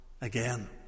again